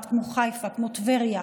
כמו בנצרת, כמו בחיפה, כמו בטבריה,